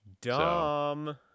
Dumb